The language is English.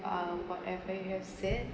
uh whatever you have said